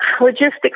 logistics